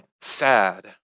sad